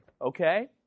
okay